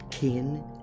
kin